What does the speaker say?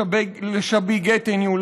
לשבי גטניו,